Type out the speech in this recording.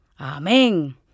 Amen